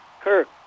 Kirk